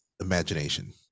imagination